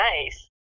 nice